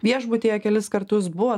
viešbutyje kelis kartus buvo